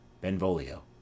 benvolio